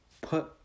put